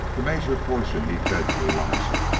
the major portion he fed to elijah,